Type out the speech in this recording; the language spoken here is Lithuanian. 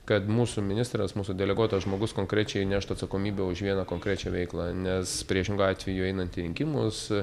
kad mūsų ministras mūsų deleguotas žmogus konkrečiai neštų atsakomybę už vieną konkrečią veiklą nes priešingu atveju einant į rinkimus